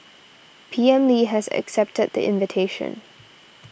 P M Lee has accepted the invitation